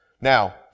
Now